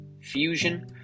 fusion